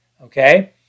Okay